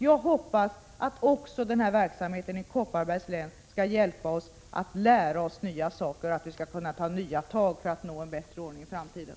Jag hoppas att också den här verksamheten i Kopparbergs län skall hjälpa oss att lära oss nya saker och att vi skall kunna ta nya tag för att nå en bättre ordning i framtiden.